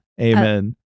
Amen